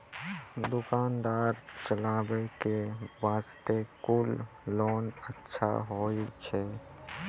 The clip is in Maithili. दुकान दौरी चलाबे के बास्ते कुन लोन अच्छा होय छै?